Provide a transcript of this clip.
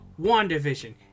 WandaVision